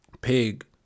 Pig